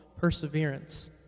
perseverance